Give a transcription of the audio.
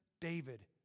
David